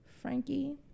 Frankie